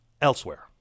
elsewhere